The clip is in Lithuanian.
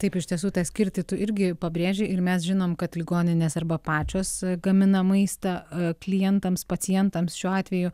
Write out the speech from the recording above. taip iš tiesų skirtį tu irgi pabrėžri ir mes žinom kad ligoninės arba pačios gamina maistą klientams pacientams šiuo atveju